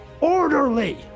Orderly